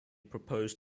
proposed